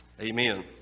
Amen